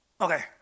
okay